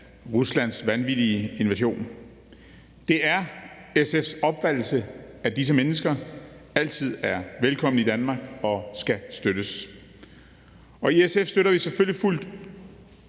Ruslands vanvittige invasion. Det er SF's opfattelse, at disse mennesker altid er velkomne i Danmark og skal støttes. I SF støtter vi selvfølgelig fuldt